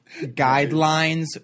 guidelines